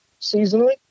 seasonally